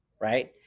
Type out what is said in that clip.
Right